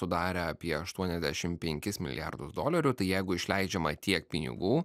sudarė apie aštuoniasdešim penkis milijardus dolerių tai jeigu išleidžiama tiek pinigų